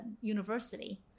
university